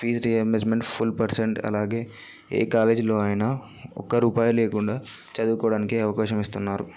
fees reimbursement full percent అలాగే ఏ కాలేజీలో అయిన ఒక్క రూపాయి లేకుండా చదువుకోవడానికే అవకాశం ఇస్తున్నారు